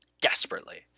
Desperately